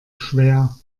schwer